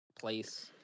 place